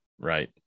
right